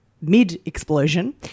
mid-explosion